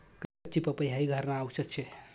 कच्ची पपई हाई घरन आवषद शे